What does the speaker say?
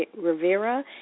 Rivera